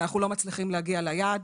ואנחנו לא מצליחים להגיע ליעד.